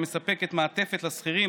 שמספקת מעטפת לשכירים,